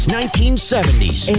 1970s